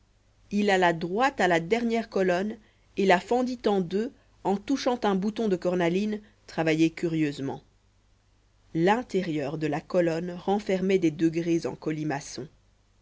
il alla droit à la dernière colonne et la fendit en deux en touchant un bouton de cornaline travaillé curieusement l'intérieur de la colonne renfermait des degrés en colimaçon